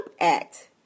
Act